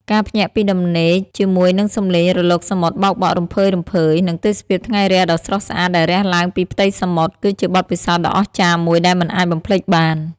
ការភ្ញាក់ពីដំណេកជាមួយនឹងសំឡេងរលកសមុទ្របោកបក់រំភើយៗ និងទេសភាពថ្ងៃរះដ៏ស្រស់ស្អាតដែលរះឡើងពីផ្ទៃសមុទ្រ គឺជាបទពិសោធន៍ដ៏អស្ចារ្យមួយដែលមិនអាចបំភ្លេចបាន។